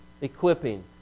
equipping